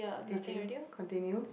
did you continue